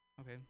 okay